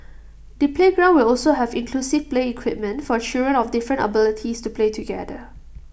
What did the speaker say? the playground will also have inclusive play equipment for children of different abilities to play together